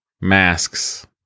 masks